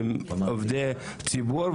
הם עובדי ציבור,